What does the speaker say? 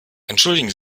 entschuldigen